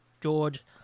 George